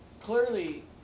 clearly